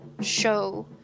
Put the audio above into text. show